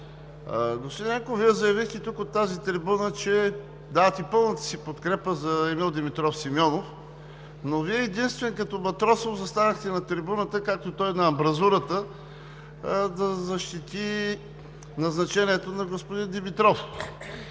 Господин Ненков, Вие заявихте тук, от тази трибуна, че давате пълната си подкрепа за Емил Димитров Симеонов, но Вие единствен като Матросов застанахте на трибуната, както той на амбразурата, да защити назначението на господин Димитров.